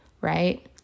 right